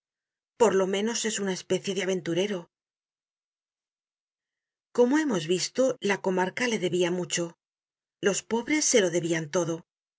por lo menos es una especie de aventurero como hemos visto la comarca le debia mucho los pobres se lo debian todo